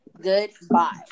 Goodbye